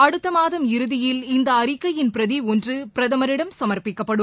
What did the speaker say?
அடுத்த மாதம் இறுதியில் இந்த அறிக்கையின் பிரதி ஒன்றை பிரதமரிடம் சமர்ப்பிக்கப்படும்